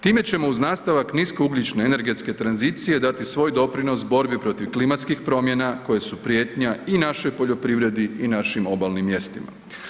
Time ćemo uz nastavak niskougljične energetske tranzicije dati svoj doprinos borbi protiv klimatskih promjena koje su prijetnja i našoj poljoprivredi i našim obalnim mjestima.